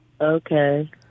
Okay